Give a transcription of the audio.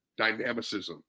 dynamicism